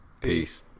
Peace